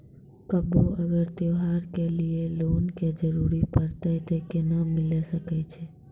कभो अगर त्योहार के लिए लोन के जरूरत परतै तऽ केना मिल सकै छै?